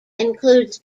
includes